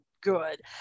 good